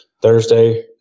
thursday